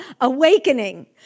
awakening